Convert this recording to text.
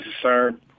concerned